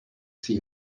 see